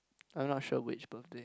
I'm not sure which birthday